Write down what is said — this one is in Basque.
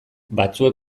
batzuek